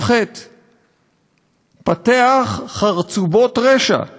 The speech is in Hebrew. ושלח רצוצים חפשים וכל מוטה תנתקו".